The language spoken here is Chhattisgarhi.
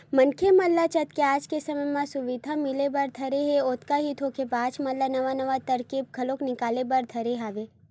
मनखे मन ल जतके आज के समे म सुबिधा मिले बर धरे हे ओतका ही धोखेबाज मन नवा नवा तरकीब घलो निकाले बर धरे हवय